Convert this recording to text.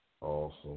Awesome